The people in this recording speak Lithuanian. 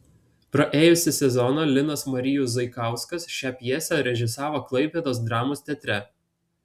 praėjusį sezoną linas marijus zaikauskas šią pjesę režisavo klaipėdos dramos teatre